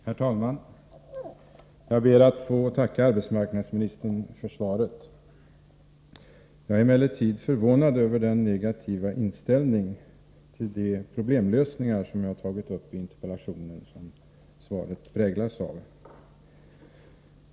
Herr talman! Jag ber att få tacka arbetsmarknadsministern för svaret. Jag är emellertid förvånad över den negativa inställning till de problemlösningar som jag tagit upp i interpellationen som svaret präglas av.